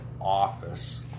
office